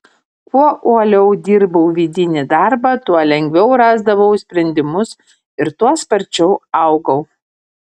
kuo uoliau dirbau vidinį darbą tuo lengviau rasdavau sprendimus ir tuo sparčiau augau